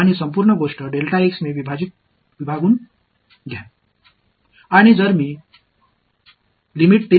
மாணவர் dV சரிதானே இது வேறுபட்ட கொள்ளளவு